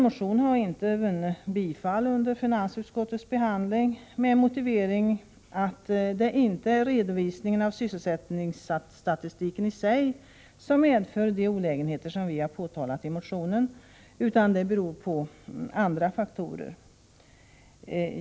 Motionen har inte vunnit bifall under finansutskottets behandling, med motiveringen att det inte är redovisningen av sysselsättningsstatistiken i sig som medför de olägenheter vi har påtalat i motionen, utan detta skulle bero på andra faktorer.